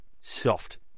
Soft